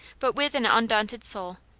but with an undaunted soul,